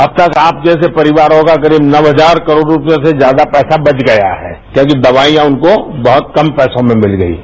अब तक आप जैसे परिवारों का करीब नौ हजार करोड रूपए से ज्यादा का पैसा बच गया है क्योंकि दवाईयां उनको बहत कम पैसे में मिल गई हैं